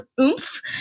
oomph